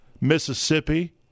Mississippi